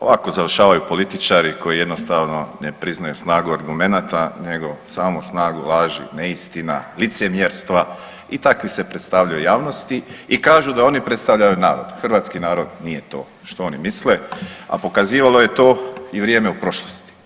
Ovako završavaju političari koji jednostavno ne priznaju snagu argumenata nego samo snagu laži, neistina, licemjerstva i takvi se predstavljaju javnosti i kažu da oni predstavljaju narod, hrvatski narod nije to što oni misle, a pokazivalo je to i vrijeme u prošlosti.